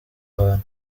hantu